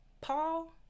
Paul